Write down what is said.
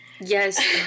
Yes